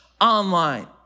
online